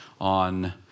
on